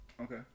Okay